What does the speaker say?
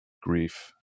grief